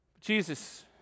Jesus